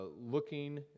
looking